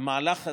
המהלך הזה,